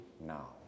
now